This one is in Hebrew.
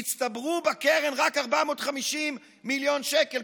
הצטברו בקרן רק 450 מיליון שקל.